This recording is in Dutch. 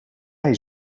hij